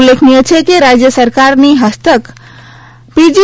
ઉલ્લેખનિય છે કે રાજ્ય સરકારની હસ્તક પી જી